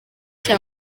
cya